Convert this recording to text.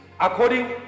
according